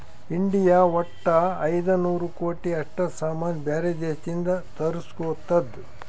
India ವಟ್ಟ ಐಯ್ದ ನೂರ್ ಕೋಟಿ ಅಷ್ಟ ಸಾಮಾನ್ ಬ್ಯಾರೆ ದೇಶದಿಂದ್ ತರುಸ್ಗೊತ್ತುದ್